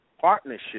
partnership